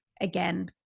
again